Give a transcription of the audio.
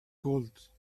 gold